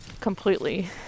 completely